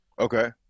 Okay